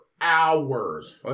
hours